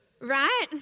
Right